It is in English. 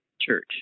church